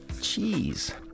cheese